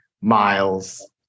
miles